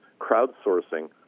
crowdsourcing